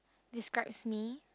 describes me